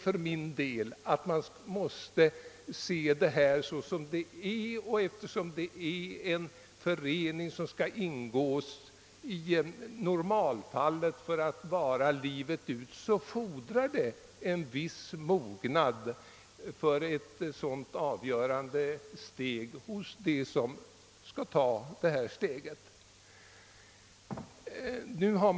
För min del anser jag att det, eftersom man bör se äktenskapet såsom en förening som — i normalfallet — skall ingås för att sedan vara hela livet ut, fordras en viss mognad hos dem som skall ta detta viktiga steg.